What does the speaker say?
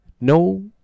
no